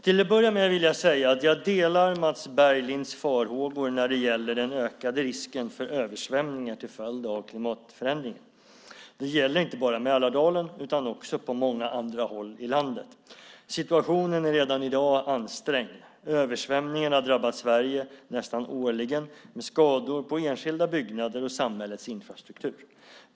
Till att börja med vill jag säga att jag delar Mats Berglinds farhågor när det gäller den ökade risken för översvämningar till följd av klimatförändringen. Det gäller inte bara Mälardalen utan också på många andra håll i landet. Situationen är redan i dag ansträngd. Översvämningar har drabbat Sverige nästan årligen med skador på enskilda byggnader och samhällets infrastruktur.